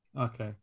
okay